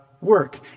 work